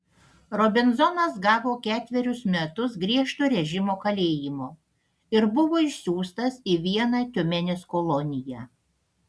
robinzonas gavo ketverius metus griežto režimo kalėjimo ir buvo išsiųstas į vieną tiumenės koloniją